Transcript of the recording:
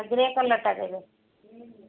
grey କଲର୍ଟା ଦେବେ